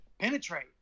penetrate